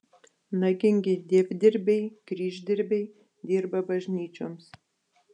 nagingi dievdirbiai kryždirbiai dirba bažnyčioms